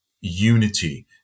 unity